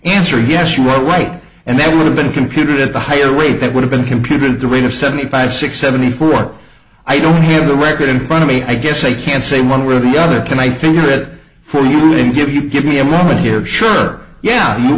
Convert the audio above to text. answer yes well right and that would have been computed at the higher rate that would have been computed the rate of seventy five six seventy four i don't have the record in front of me i guess i can say one way or the other can i figure it for you and give you give me a moment here sure yeah you